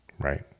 Right